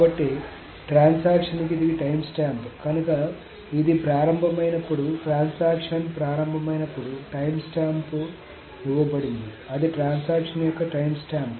కాబట్టి ట్రాన్సాక్షన్ కి ఇది టైమ్స్టాంప్ కనుక ఇది ప్రారంభమైనప్పుడు ట్రాన్సాక్షన్ ప్రారంభమైనప్పుడు టైమ్స్టాంప్ ఇవ్వబడింది అది ట్రాన్సాక్షన్ యొక్క టైమ్స్టాంప్